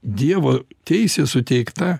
dievo teisė suteikta